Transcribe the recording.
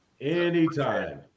Anytime